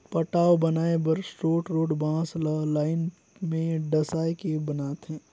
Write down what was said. पटांव बनाए बर रोंठ रोंठ बांस ल लाइन में डसाए के बनाथे